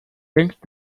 denkst